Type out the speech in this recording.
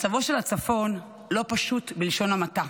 מצבו של הצפון לא פשוט בלשון המעטה,